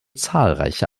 zahlreiche